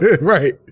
Right